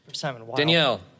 Danielle